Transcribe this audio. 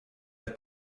have